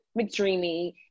McDreamy